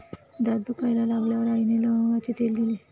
दात दुखायला लागल्यावर आईने लवंगाचे तेल दिले